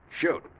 Shoot